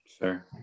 Sure